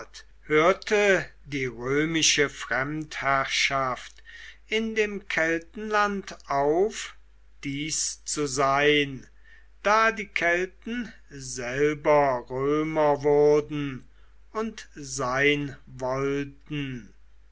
hörte die römische fremdherrschaft in dem keltenland auf dies zu sein da die kelten selber römer wurden und sein wollten